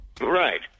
Right